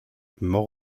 mort